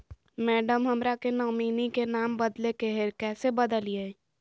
madam, हमरा के nominee में नाम बदले के हैं, कैसे बदलिए